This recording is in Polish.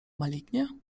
malignie